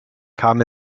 kam